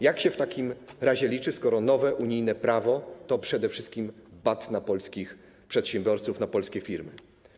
Jak się w takim razie liczy, skoro nowe unijne prawo to przede wszystkim bat na polskich przedsiębiorców, na polskie firmy?